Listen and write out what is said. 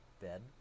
Bed